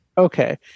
Okay